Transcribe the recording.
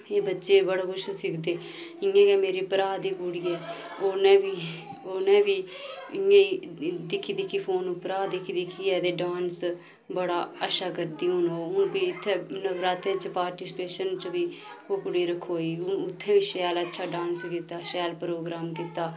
फ्ही बच्चे बड़ा कुछ सिखदे इयां गै मेरे भ्राऽ दी कुड़ी ऐ उन्नै बी उनें बी इयां ही दिक्खी दिक्खियै फोन उप्परा दिक्खी दिक्खियै ते डान्स बड़ा अच्छा करदी हून ओह हून फ्ही इत्थै नवरातें च पार्टीसपेशन च बी ओह् कुड़ी रखोई हून उत्थै बी शैल अच्छा डान्स कीता शैल प्रोग्राम कीता